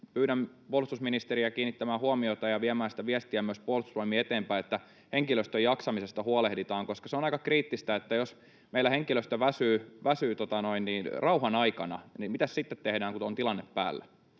pyydän puolustusministeriä kiinnittämään huomiota ja viemään sitä viestiä myös Puolustusvoimiin eteenpäin, että henkilöstön jaksamisesta huolehditaan, koska se on aika kriittistä, että jos meillä henkilöstö väsyy rauhan aikana, niin mitäs sitten tehdään, kun on tilanne päällä